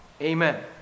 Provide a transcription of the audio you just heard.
amen